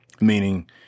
meaning